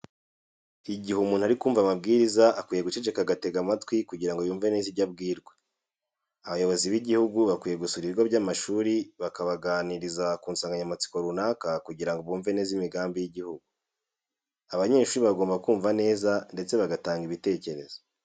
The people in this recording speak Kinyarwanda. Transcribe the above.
Igihe umuntu arimo kumva amabwiriza akwiye guceceka agatega amatwi kugira ngo yumve neza ibyo abwirwa. Abayobozi b'igihugu bakwiye gusura ibigo by'amashuri bakabaganiriza ku nsanganyamatsiko runaka kugira ngo bumve neza imigambi y'igihugu. Abanyeshuri bagomba kumva neza ndetse bagatanga ibitekerezo.